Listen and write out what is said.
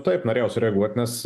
taip norėjau sureaguot nes